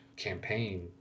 campaign